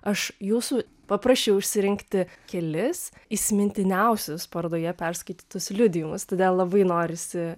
aš jūsų paprašiau išsirinkti kelis įsimintiniausius parodoje perskaitytus liudijimus todėl labai norisi